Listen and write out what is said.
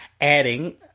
adding